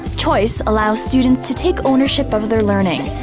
choice allows students to take ownership of their learning.